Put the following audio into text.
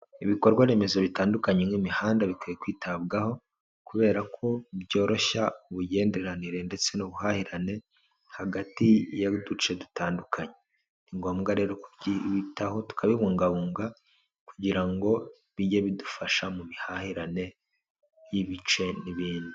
Ibikorwaremezo bitandukanye nk'imihanda bikwiye kwitabwaho kubera ko byoroshya ubugenderanire ndetse n'ubuhahirane hagati y'uduce dutandukanye, ni ngombwa rero kubyitaho tukabibungabunga kugira ngo bijye bidufasha mu mihahirane y'ibice n'ibindi.